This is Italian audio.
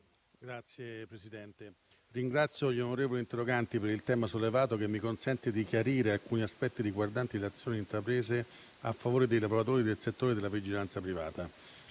Signor Presidente, ringrazio gli onorevoli interrogati per il tema sollevato che mi consente di chiarire alcuni aspetti riguardanti le azioni intraprese a favore dei lavoratori del settore della vigilanza privata.